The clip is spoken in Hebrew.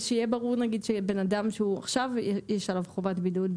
שיהיה ברור שבן אדם שעכשיו יש עליו חובת בידוד,